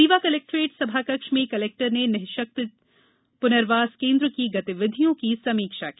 Rewa collectorate सभाकक्ष में collector ने निःशक्त पुनर्वास केन्द्र की गतिविधियों की समीक्षा की